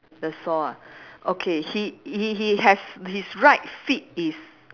the saw ah okay he he he has his right feet is